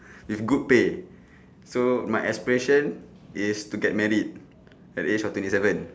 with good pay so my aspiration is to get married at the age of twenty seven